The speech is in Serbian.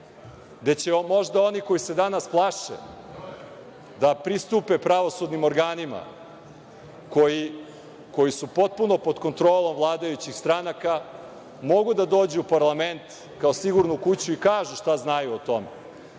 će možda oni koji se danas plaše da pristupe pravosudnim organima, koji su potpuno pod kontrolom vladajućih stranaka, mogu da dođu u parlament kao sigurnu kuću i kažu šta znaju o tome.